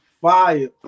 fire